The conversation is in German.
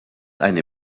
eine